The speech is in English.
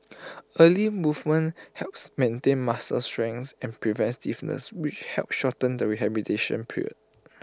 early movement helps maintain muscle strength and prevents stiffness which help shorten the rehabilitation period